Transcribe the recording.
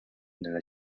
nella